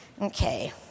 Okay